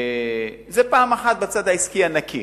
זה בצד העסקי הנקי.